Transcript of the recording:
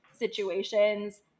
situations